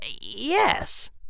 Yes